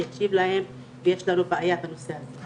שיקשיב להם ויש לנו בעיה בנושא הזה.